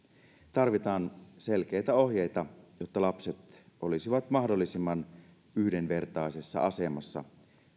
tarvitaan selkeitä ohjeita jotta lapset olisivat mahdollisimman yhdenvertaisessa asemassa